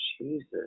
Jesus